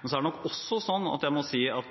Men det er nok også sånn at